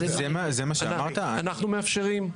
אנחנו מאפשרים.